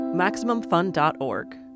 MaximumFun.org